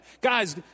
Guys